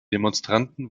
demonstranten